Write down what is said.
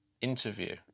interview